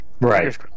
Right